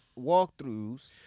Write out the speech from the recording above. walkthroughs